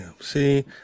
See